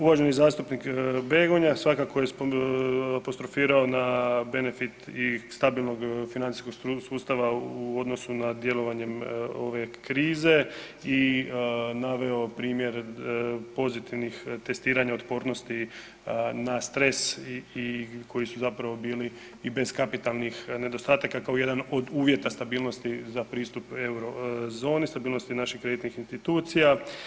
Uvaženi zastupnik Begonja svakako je apostrofirao na benefit i stabilnog financijskog sustava u odnosu na djelovanje ove krize i naveo primjer pozitivnih testiranja otpornosti na stres i koji su zapravo bili i bez kapitalnih nedostataka kao jedan od uvjeta stabilnosti za pristup euro zoni, stabilnosti naših kreditnih institucija.